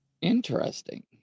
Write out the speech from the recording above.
Interesting